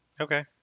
Okay